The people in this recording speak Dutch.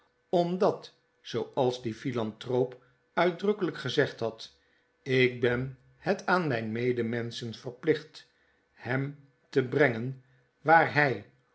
omdat zooals die philanthroop uitdrukkelijk gezegd had ik ben het aan mijne medemenschen verplicht hem te brengen waar hij